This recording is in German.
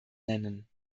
nennen